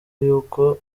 y’uko